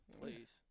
please